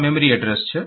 આ memory address છે